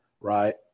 right